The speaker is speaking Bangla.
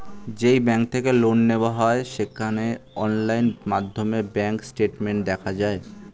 যেই ব্যাঙ্ক থেকে লোন নেওয়া হয় সেখানে অনলাইন মাধ্যমে ব্যাঙ্ক স্টেটমেন্ট দেখা যায়